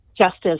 justice